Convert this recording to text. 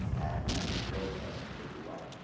and i've been going there since eighty one.